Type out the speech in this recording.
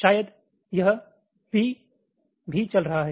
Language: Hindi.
शायद यह B भी चल रहा है